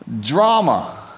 drama